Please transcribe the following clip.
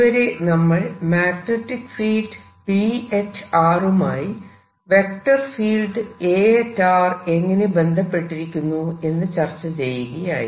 vector പൊട്ടൻഷ്യലിനുള്ള സമവാക്യം current density ഉപയോഗിച്ച് ഇതുവരെ നമ്മൾ മാഗ്നെറ്റിക് ഫീൽഡ് B മായി വെക്റ്റർ ഫീൽഡ് A എങ്ങനെ ബന്ധപ്പെട്ടിരിക്കുന്നു എന്ന് ചർച്ച ചെയ്യുകയായിരുന്നു